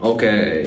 Okay